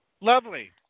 Lovely